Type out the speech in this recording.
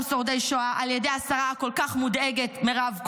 שורדי שואה על ידי השרה הכל-כך מודאגת לשעבר מירב כהן,